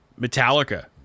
Metallica